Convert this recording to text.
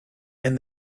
and